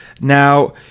now